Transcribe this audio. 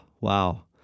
wow